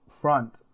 front